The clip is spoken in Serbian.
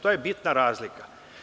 To je bitna razlika.